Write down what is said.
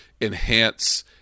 enhance